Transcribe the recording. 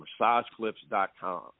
massageclips.com